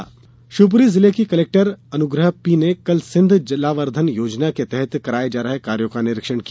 जलावर्धन योजना शिवपुरी जिले की कलेक्टर अनुग्रह पी ने कल सिंध जलावर्धन योजना के तहत कराए जा रहे कार्यो का निरीक्षण किया